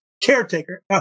Caretaker